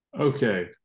Okay